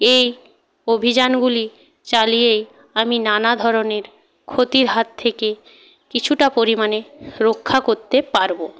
এই অভিযানগুলি চালিয়েই আমি নানা ধরনের ক্ষতির হাত থেকে কিছুটা পরিমাণে রক্ষা করতে পারব